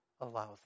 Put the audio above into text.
allows